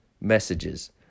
messages